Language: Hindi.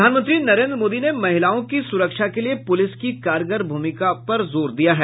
प्रधानमंत्री नरेन्द्र मोदी ने महिलाओं की सुरक्षा के लिए पूलिस की कारगर भूमिका पर जोर दिया है